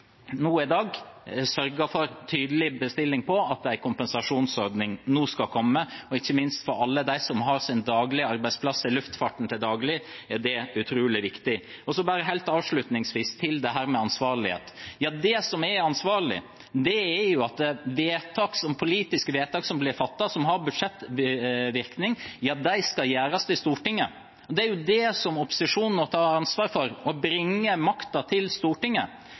i dag sørger for en tydelig bestilling på at en kompensasjonsordning nå skal komme. Ikke minst for alle dem som har sin daglige arbeidsplass i luftfarten til daglig, er det utrolig viktig. Helt avslutningsvis til ansvarlighet: Det som er ansvarlig, er at politiske vedtak som har budsjettvirkning, skal fattes i Stortinget. Det er det opposisjonen nå tar ansvaret for – å bringe makta til Stortinget.